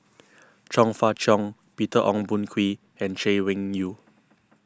Chong Fah Cheong Peter Ong Boon Kwee and Chay Weng Yew